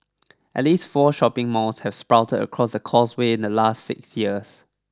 at least four shopping malls have sprouted across the Causeway in the last six years